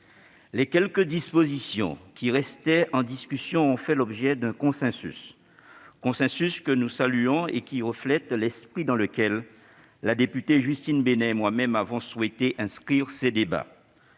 Les quelques dispositions qui restaient en discussion ont fait l'objet d'un consensus que nous saluons et qui reflète l'esprit dans lequel la députée Justine Benin et moi-même avons souhaité inscrire ces débats.